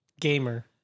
Gamer